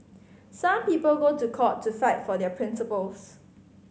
some people go to court to fight for their principles